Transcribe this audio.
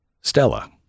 Stella